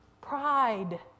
pride